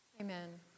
Amen